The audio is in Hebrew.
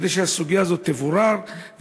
כדי שהסוגיה הזאת תתברר,